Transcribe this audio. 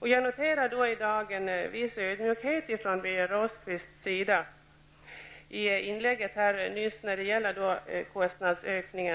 Jag noterar i dag en viss ödmjukhet från Birger Rosqvists sida när det gäller kostnadsökningen.